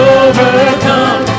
overcome